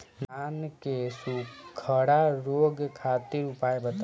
धान के सुखड़ा रोग खातिर उपाय बताई?